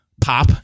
pop